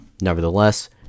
Nevertheless